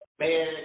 Man